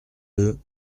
deux